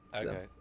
Okay